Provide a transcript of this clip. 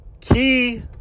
key